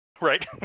Right